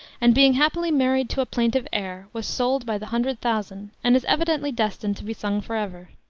and being happily married to a plaintive air was sold by the hundred thousand, and is evidently destined to be sung forever.